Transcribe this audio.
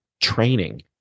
training